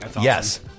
Yes